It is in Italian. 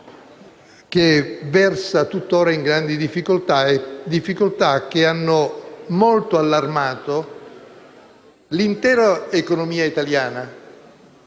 che versa tutt'ora in gravi difficoltà; difficoltà che hanno molto allarmato l'intera economia italiana,